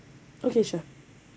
okay sure